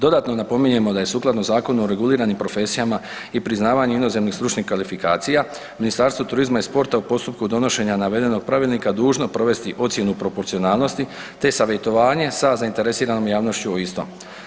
Dodatno napominjemo da je sukladno Zakonu o reguliranim profesijama i priznavanju inozemnih stručnih kvalifikacija Ministarstvo turizma i sporta u postupku donošenja navedenog Pravilnika dužno provesti i ocjenu proporcionalnosti te savjetovanje sa zainteresiranom javnošću o istom.